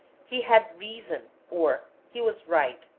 he had reason or he was right,